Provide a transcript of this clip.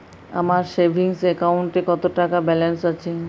আমার সেভিংস অ্যাকাউন্টে কত টাকা ব্যালেন্স আছে?